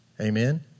Amen